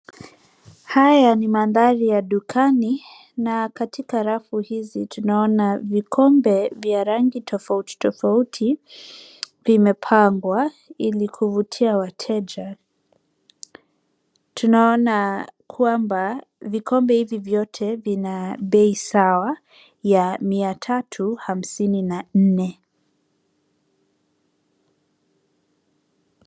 Haya ni mandhari ya dukani na katika rafu hizi tunaona vikombe vya rangi tofautitofauti vimepangwa ili kuvutia wateja. Tunaona kwamba vikombe hivi vyote vina bei sawa ya mia tatu hamsini na nne.